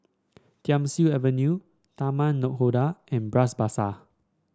Thiam Siew Avenue Taman Nakhoda and Bras Basah